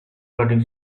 cutting